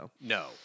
no